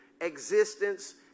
existence